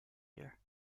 year